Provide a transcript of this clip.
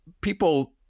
people